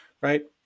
right